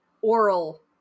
oral